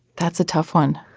that's a tough one.